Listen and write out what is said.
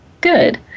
Good